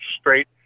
straight